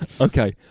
okay